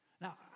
Now